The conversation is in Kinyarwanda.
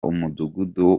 umudugudu